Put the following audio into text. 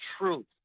truth